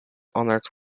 honored